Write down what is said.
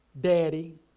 daddy